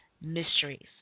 mysteries